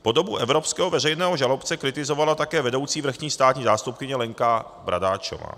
Podobu evropského veřejného žalobce kritizovala také vedoucí vrchní státní zástupkyně Lenka Bradáčová.